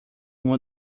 uma